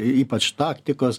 ypač taktikos